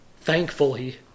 thankfully